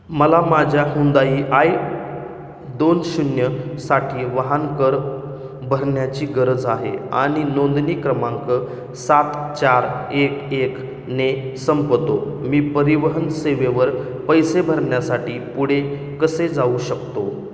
मला माझ्या Hyundai i दोन शून्यसाठी वाहन कर भरण्याची गरज आहे आणि नोंदणी क्रमांक सात चार एक एक ने संपतो मी परिवहन सेवेवर पैसे भरण्यासाठी पुढे कसे जाऊ शकतो